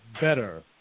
better